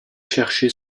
chercher